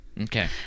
Okay